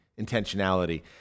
intentionality